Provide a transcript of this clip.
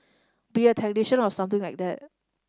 be a technician or something like that